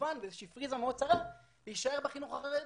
מכוון בפריזמה מאוד צרה להישאר בחינוך החרדי,